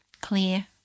clear